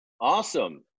awesome